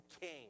king